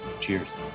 Cheers